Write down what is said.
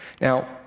now